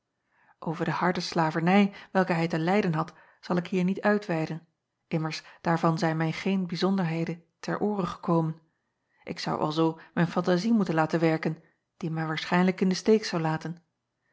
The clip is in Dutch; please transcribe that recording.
ver de harde slavernij welke hij te lijden had zal ik hier niet uitweiden immers daarvan zijn mij geen bijzonderheden ter oore gekomen ik zou alzoo mijn fantazie moeten laten werken die mij waarschijnlijk in de steek zou laten